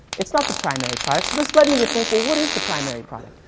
it's not the primary product. this led me to think, what what is the primary product?